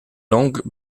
langues